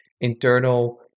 internal